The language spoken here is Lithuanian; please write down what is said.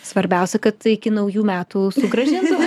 svarbiausia kad iki naujų metų sugrąžintų